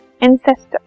ancestor